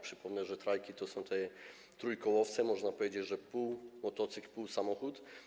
Przypomnę, że trajki to są trójkołowce, można powiedzieć, że to pół motocykl, pół samochód.